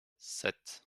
sept